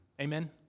Amen